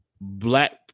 black